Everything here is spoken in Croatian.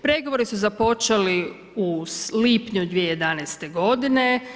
Pregovori su započeli u lipnju 2011. godine.